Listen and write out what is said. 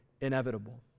inevitable